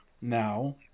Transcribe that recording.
now